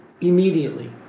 immediately